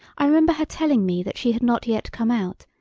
i remember her telling me that she had not yet come out,